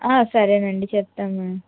సరే అండి చెప్తాను